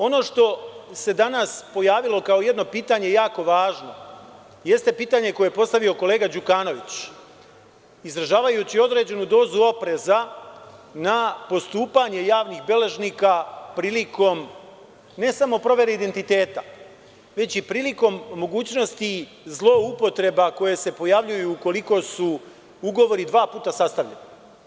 Ono što se danas pojavilo kao jedno pitanje jeste pitanje koje je postavio kolega Đukanović, izražavajući određenu dozu opreza na postupanje javnih beležaka prilikom, ne samo provere identiteta, već i prilikom mogućnosti zloupotreba koje se pojavljuju ukoliko su ugovori dva puta sastavljeni.